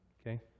okay